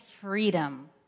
freedom